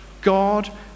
God